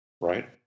right